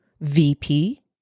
VP